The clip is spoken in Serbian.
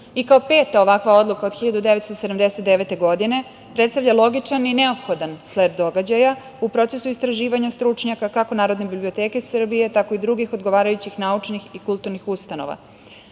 i kao peta ovakva odluka od 1979. godine predstavlja logičan i neophodan sled događaja u procesu istraživanja stručnjaka kako Narodne biblioteke Srbije, tako i drugih odgovarajućih naučnih i kulturnih ustanova. Po